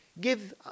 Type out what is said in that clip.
Give